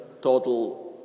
total